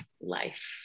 life